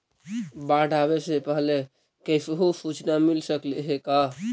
बाढ़ आवे से पहले कैसहु सुचना मिल सकले हे का?